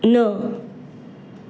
न